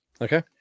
Okay